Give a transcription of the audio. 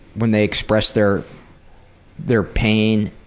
when they express their their pain,